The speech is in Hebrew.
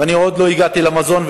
ועוד לא הגעתי למזון,